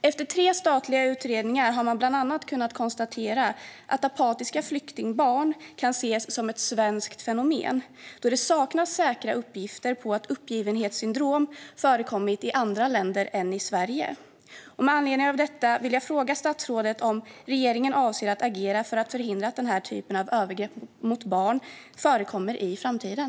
Efter tre statliga utredningar har man bland annat kunnat konstatera att apatiska flyktingbarn kan ses som ett svenskt fenomen då det saknas säkra uppgifter om att uppgivenhetssyndrom har förekommit i andra länder än Sverige. Med anledning av detta vill jag fråga statsrådet om regeringen avser att agera för att förhindra att den typen av övergrepp mot barn förekommer i framtiden.